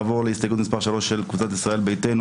אנחנו נעבור להסתייגות מספר3 של קבוצת ישראל ביתנו,